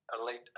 elite